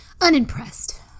Unimpressed